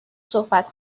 صحبت